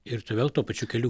ir tu vėl tuo pačiu keliu